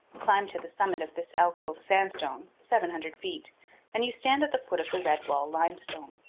climb to the summit of this alcove sandstone seven hundred feet and you stand at the foot of the red wall limestone.